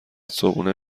صبحونه